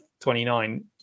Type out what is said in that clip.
29